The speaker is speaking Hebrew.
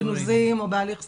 גנוזים או בהליך סגירה,